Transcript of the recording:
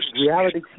reality